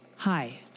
hi